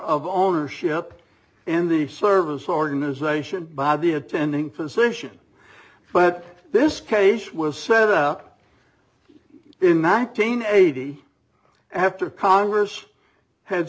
of ownership in the service organization by the attending physician but this case was set out in nineteen eighty after congress ha